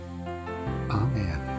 Amen